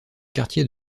quartier